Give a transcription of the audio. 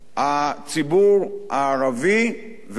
הציבור הערבי והחרדים.